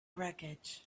wreckage